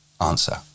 Answer